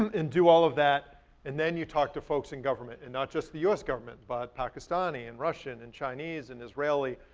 um and do all of that and then you talk to folks in government and not just the us government but pakastani and russian and chinese and israeli,